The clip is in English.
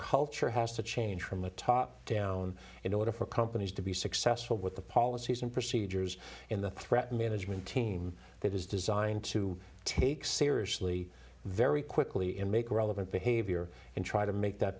culture has to change from the top down in order for companies to be successful with the policies and procedures in the threat management team that is designed to take seriously very quickly and make relevant behavior and try to make that